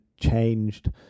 changed